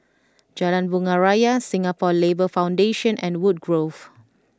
Jalan Bunga Raya Singapore Labour Foundation and Woodgrove